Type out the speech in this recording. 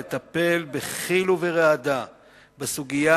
לטפל בחיל וברעדה בסוגיה,